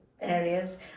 areas